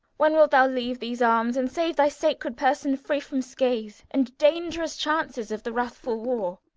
when wilt thou leave these arms, and save thy sacred person free from scathe, and dangerous chances of the wrathful war?